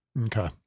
Okay